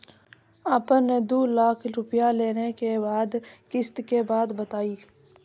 आपन ने दू लाख रुपिया लेने के बाद किस्त के बात बतायी?